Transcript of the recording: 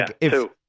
two